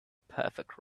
perfect